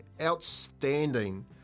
outstanding